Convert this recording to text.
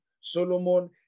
Solomon